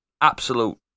absolute